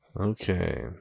Okay